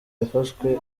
yafashwe